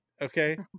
Okay